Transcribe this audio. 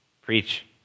Preach